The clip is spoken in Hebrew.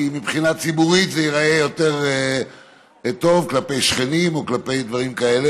כי מבחינה ציבורית זה ייראה יותר טוב כלפי שכנים או כלפי דברים כאלה.